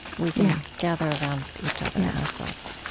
we can gather around each other and ourselves